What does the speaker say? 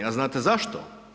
A znate zašto?